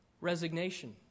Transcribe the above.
resignation